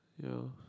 ya